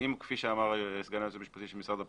כפי שאמר סגן היועץ המשפטי של משרד הפנים,